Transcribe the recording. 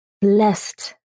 blessed